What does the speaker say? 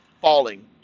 falling